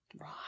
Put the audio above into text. Right